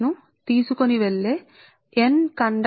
Inలనుతీసుకొని వెలుచున్న n కండక్టర్లను పరిశీలిద్దాం